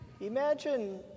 Imagine